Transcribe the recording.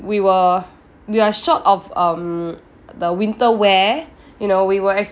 we were we were short of um the winter wear you know we were